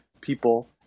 people